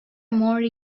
more